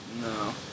No